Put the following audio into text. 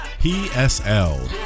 psl